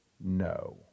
no